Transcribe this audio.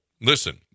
Listen